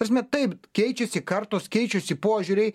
prasme taip keičiasi kartos keičiasi požiūriai